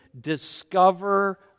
discover